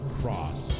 Cross